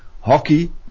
hockey